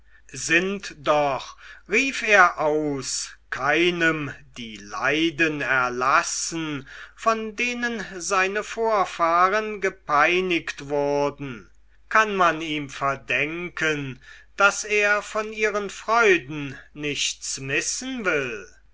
sind doch rief er aus keinem die leiden erlassen von denen seine vorfahren gepeinigt wurden kann man ihm verdenken daß er von ihren freuden nichts missen will